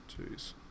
Jeez